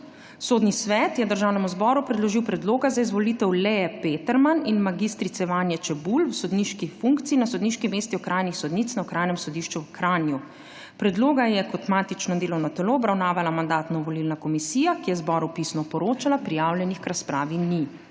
Sodni svet je Državnemu zboru predložil predloga za izvolitev Lee Peterman in mag. Vanje Čebul v sodniški funkciji na sodniški mesti okrajnih sodnic na Okrajnem sodišču v Kranju. Predloga je kot matično delovno telo obravnavala Mandatno-volilna komisija, ki je zboru pisno poročala. Prijavljenih k razpravi ni.